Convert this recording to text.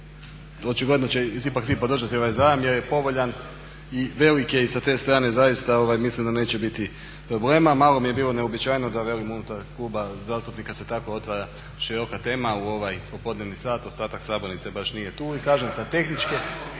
očigledno će svi ipak podržati ovaj zajam jer je povoljan i velik je i sa te strane zaista mislim da neće biti problema. Malo mi je bilo neuobičajeno da velim unutar kluba zastupnika se tako otvara široka tema u ovaj popodnevni sat, ostatak sabornice baš nije tu i kažem sa tehničke